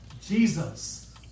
Jesus